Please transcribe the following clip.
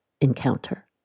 encounter